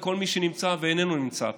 כל מי שנמצא ואיננו נמצא כאן,